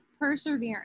perseverance